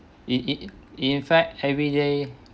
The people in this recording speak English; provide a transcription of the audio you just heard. in in in fact everyday